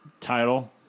title